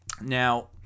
Now